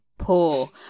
Poor